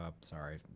Sorry